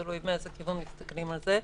תלוי מאיזה כיוון מסתכלים על זה,